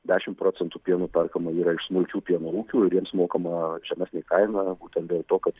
dešimt procentų pieno perkama yra iš smulkių pieno ūkių ir jiems mokama žemesnė kaina būtent dėl to kad